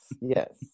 Yes